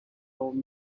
hold